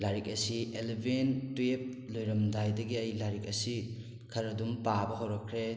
ꯂꯥꯏꯔꯤꯛ ꯑꯁꯤ eleven twelve ꯂꯣꯏꯔꯝꯗꯥꯏꯗꯒꯤ ꯑꯩ ꯂꯥꯏꯔꯤꯛ ꯑꯁꯤ ꯈꯔ ꯑꯗꯨꯝ ꯄꯥꯕ ꯍꯧꯔꯛꯈ꯭ꯔꯦ